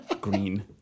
Green